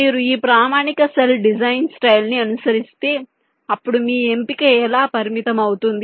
మీరు ఈ ప్రామాణిక సెల్ డిజైన్ స్టైల్ ని అనుసరిస్తే అప్పుడు మీ ఎంపిక చాలా పరిమితం అవుతుంది